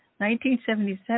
1977